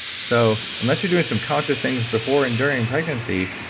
so, unless you're doing some conscious things before and during pregnancy,